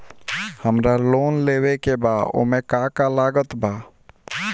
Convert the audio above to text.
हमरा लोन लेवे के बा ओमे का का लागत बा?